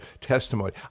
testimony